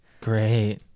Great